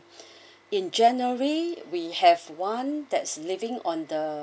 in january we have one that's leaving on the